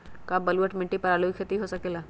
का बलूअट मिट्टी पर आलू के खेती हो सकेला?